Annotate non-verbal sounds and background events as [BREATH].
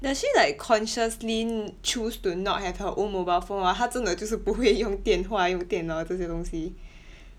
does she like consciously n~ choose to not have her own mobile phone or 她真的就是不会用电话用电脑这些东西 [BREATH]